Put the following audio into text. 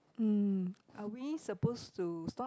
mm are we supposed to stop